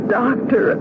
doctor